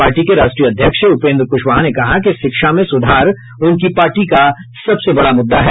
party के राष्ट्रीय अध्यक्ष उपेंद्र क्शवाहा ने कहा कि शिक्षा में सुधार उनकी पार्टी का सबसे बड़ा मुद्दा है